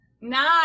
Nine